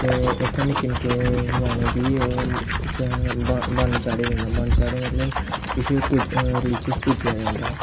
ते इत्थै निक्कें निक्के ञ्यानें गी बन्न चाढ़ेआ जंदा बन्न चाढ़ेआ जंदा मतलब किश रलियियस पूजेआ जंदा